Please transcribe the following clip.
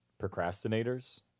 procrastinators